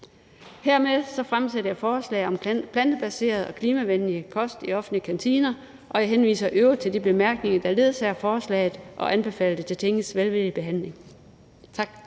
Hermed fremsætter jeg forslag om plantebaseret og klimavenlig kost i offentlige kantiner, og jeg henviser i øvrigt til de bemærkninger, der ledsager forslaget, og anbefaler det til Tingets velvillige behandling. Tak.